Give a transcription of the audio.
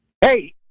Hey